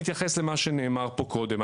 אתייחס למה שנאמר פה קודם.